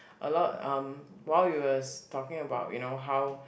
a lot um while you was talking about you know how